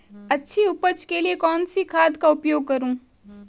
अच्छी उपज के लिए कौनसी खाद का उपयोग करूं?